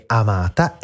amata